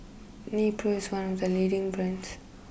Nepro is one of the leading brands